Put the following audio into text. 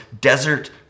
desert